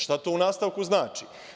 Šta to u nastavku znači?